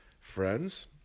friends